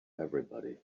everybody